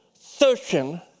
searching